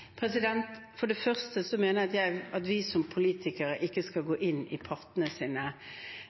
For det først mener jeg at vi som politikere ikke skal gå inn i